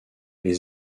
les